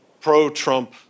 pro-Trump